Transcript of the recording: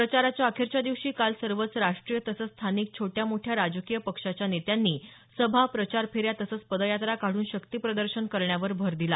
प्रचाराच्या अखेरच्या दिवशी काल सर्वच राष्ट्रीय तसंच स्थानिक छोट्या मोठ्या राजकीय पक्षाच्या नेत्यांनी सभा प्रचार फेऱ्या तसंच पदयात्रा काढून शक्तीप्रदर्शन करण्यावर भर दिला